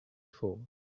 fooled